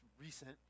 recent